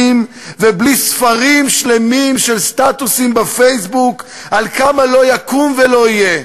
ובלי ספרים שלמים של סטטוסים בפייסבוק כמה לא יקום ולא יהיה.